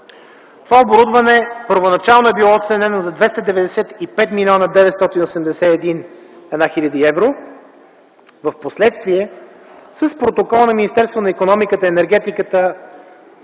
Това оборудване първоначално е било оценено за 295 млн. 981 хил. евро. Впоследствие с протокол на Министерството на икономиката и енергетиката